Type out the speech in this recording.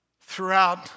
throughout